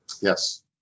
Yes